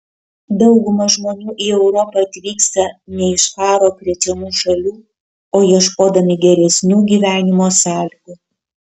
dauguma žmonių į europą atvyksta ne iš karo krečiamų šalių o ieškodami geresnių gyvenimo sąlygų